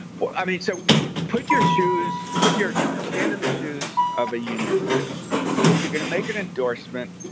well, i mean, so put your shoes. put your. you don't stand in the shoes of a union leader if you're going to make an endorsement.